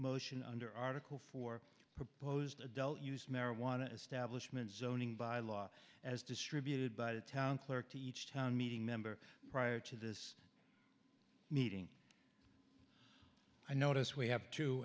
motion under article four proposed adult use marijuana establishment zoning by law as distributed by the town clerk to each town meeting member prior to this meeting i notice we have to